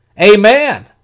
Amen